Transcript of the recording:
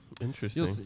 Interesting